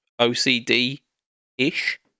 OCD-ish